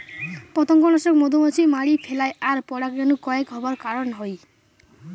পতঙ্গনাশক মধুমাছি মারি ফেলায় আর পরাগরেণু কনেক হবার কারণ হই